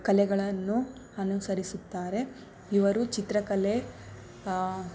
ಕಲೆಗಳನ್ನು ಅನುಸರಿಸುತ್ತಾರೆ ಇವರು ಚಿತ್ರಕಲೆ